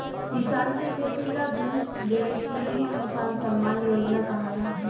किसान के खेती ला धन देवे के ही किसान सम्मान योजना कहाला